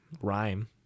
rhyme